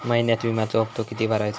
महिन्यात विम्याचो हप्तो किती भरायचो?